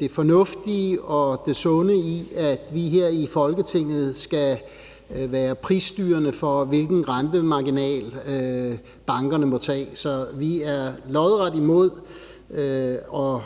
det fornuftige og det sunde i, at vi her i Folketinget skal være prisstyrende for, hvilken rentemarginal bankerne må have. Så vi er lodret imod at